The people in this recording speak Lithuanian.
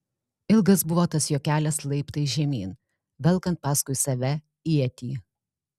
ilgas buvo tas jo kelias laiptais žemyn velkant paskui save ietį